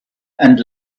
and